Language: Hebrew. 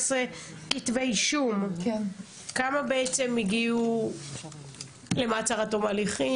כתבי אישום, כמה בעצם הגיעו למעצר עד תום ההליכים?